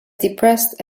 depressed